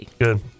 Good